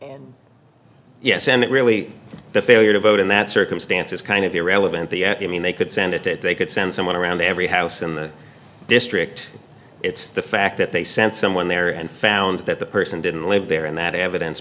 property yes and it really the failure to vote in that circumstance is kind of irrelevant the you mean they could send it if they could send someone around every house in the district it's the fact that they sent someone there and found that the person didn't live there and that evidence